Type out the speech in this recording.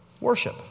worship